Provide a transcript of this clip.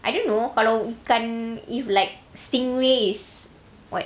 I don't know kalau ikan if like stingray is what